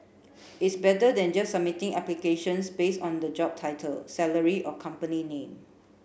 it's better than just submitting applications based on the job title salary or company name